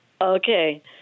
Okay